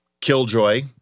killjoy